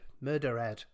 murdered